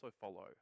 follow